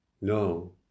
No